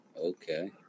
Okay